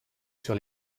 sur